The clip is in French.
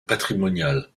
patrimonial